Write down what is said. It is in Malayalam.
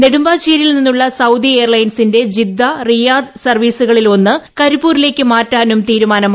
നെടുമ്പാശേരിയിൽനിന്നുള്ള സൌദി എയർലൈൻസിന്റെ ജിദ്ദ റിയാദ് സർവീസുകളിൽ ഒന്ന് ആരിപ്പൂരിലേക്ക് മാറ്റാനും തീരുമാനമായി